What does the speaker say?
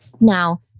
Now